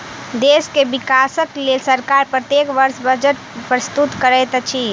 देश के विकासक लेल सरकार प्रत्येक वर्ष बजट प्रस्तुत करैत अछि